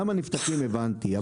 למה נפתחים הבנתי.